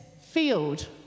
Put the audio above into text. field